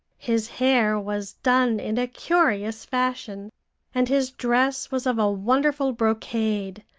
his hair was done in a curious fashion and his dress was of a wonderful brocade,